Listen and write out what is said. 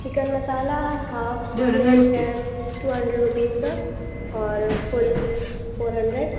chicken masala half plate ہے two hundred rupees کا اور فل فور ہنڈریڈ